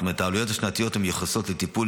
זאת אומרת שהעלויות השנתיות המיוחסות לטיפול